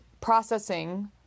processing